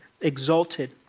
exalted